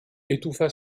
étouffa